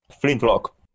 Flintlock